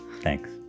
Thanks